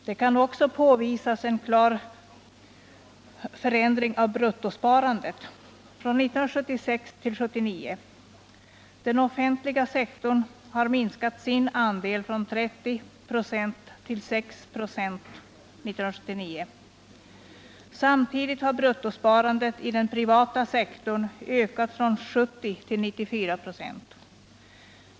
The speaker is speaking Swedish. Det kan också påvisas en klar förändring av bruttosparandet från 1976 till 1979. Den offentliga sektorn har minskat sin andel från 30 96 år 1976 till 6 96 år 1979. Samtidigt har bruttosparandet i den privata sektorn ökat från 70 till 94 26.